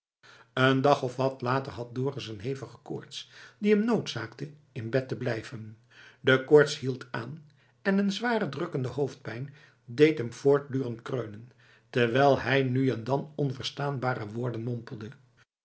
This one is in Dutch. een dag of wat later had dorus een hevige koorts die hem noodzaakte in bed te blijven de koorts hield aan en een zware drukkende hoofdpijn deed hem voortdurend kreunen terwijl hij nu en dan onverstaanbare woorden mompelde